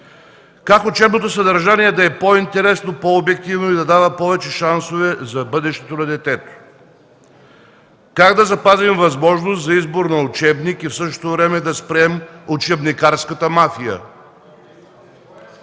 Как учебното съдържание да е по-интересно, по-обективно и да дава повече шансове за бъдещето на детето? Как да запазим възможност за избор на учебник и в същото време да спрем учебникарската мафия?